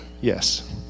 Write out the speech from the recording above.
Yes